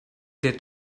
der